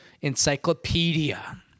encyclopedia